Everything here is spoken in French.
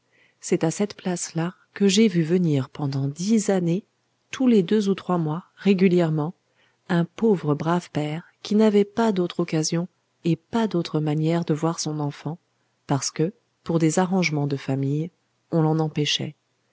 c'est à cette place là que j'ai vu venir pendant dix années tous les deux ou trois mois régulièrement un pauvre brave père qui n'avait pas d'autre occasion et pas d'autre manière de voir son enfant parce que pour des arrangements de famille on l'en empêchait